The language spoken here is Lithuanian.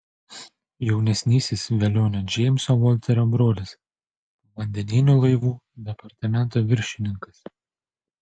jaunesnysis velionio džeimso volterio brolis povandeninių laivų departamento viršininkas